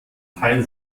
teil